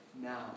now